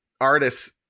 artists